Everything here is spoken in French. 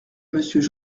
monsieur